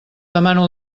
demano